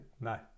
No